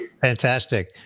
Fantastic